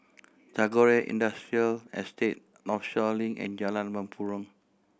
Tagore Industrial Estate Northshore Link and Jalan Mempurong